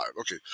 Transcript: Okay